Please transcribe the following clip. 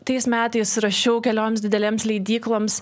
tais metais rašiau kelioms didelėms leidykloms